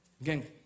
Again